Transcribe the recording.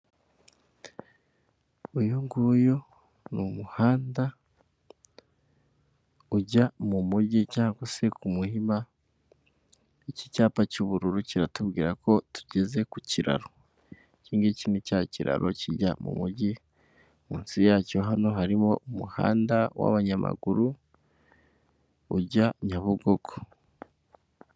Uyu nguyu ni umuhanda ujya mu mujyi cyangwa se ku Muhima, iki cyapa cy'ubururu kiratubwira ko tugeze ku kiraro, iki ngiki ni cya kiraro kijya mu mujyi munsi yacyo hano harimo umuhanda w'abanyamaguru ujya Nyabugogo.